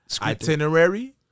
itinerary